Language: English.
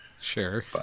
Sure